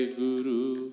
guru